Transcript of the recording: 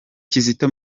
kizito